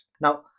Now